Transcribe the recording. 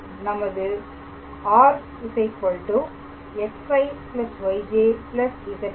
ஆனால் நமது r xi yj zk̂